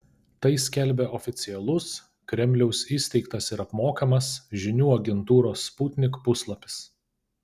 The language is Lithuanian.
tai skelbia oficialus kremliaus įsteigtas ir apmokamas žinių agentūros sputnik puslapis